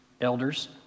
elders